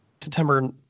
September